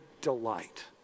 delight